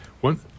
One